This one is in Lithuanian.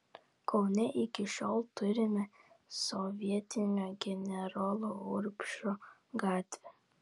kaune iki šiol turime sovietinio generolo urbšo gatvę